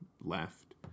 left